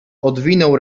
odwinął